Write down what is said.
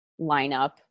lineup